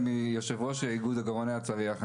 אני יושב-ראש איגוד עגורני הצריח.